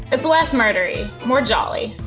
it's less murder-y, more jolly.